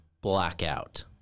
blackout